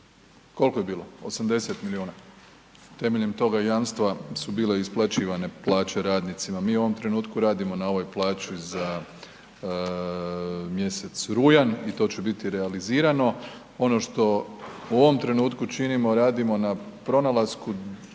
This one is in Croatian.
Koliko je bilo 80 miliona. Temeljem toga jamstva su bile isplaćivane plaće radnicima. Mi u ovom trenutku radimo na ovoj plaći za mjesec rujan i to će biti realizirano, ono što u ovom trenutku činimo radimo na pronalasku